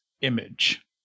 image